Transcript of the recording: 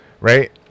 right